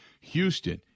Houston